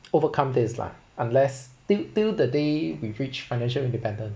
overcome this lah unless til~ till the day we reached financial independence